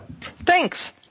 Thanks